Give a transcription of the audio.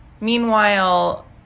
Meanwhile